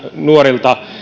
nuorista